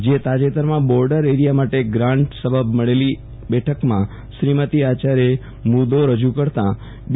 જે તાજેતરમાં border area માટે ગ્રાન્ટ સબબ મળેલી બેઠકમાં શ્રીમતિ આચાર્યે મુદ્દો રજૂ કરતાં બી